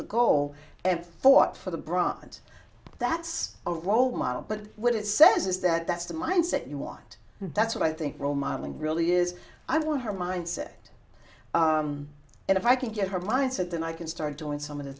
the goal and thought for the brand that's a role model but what it says is that that's the mindset you want and that's what i think role modeling really is i want her mindset and if i can get her mindset then i can start doing some of the